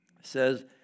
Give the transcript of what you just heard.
says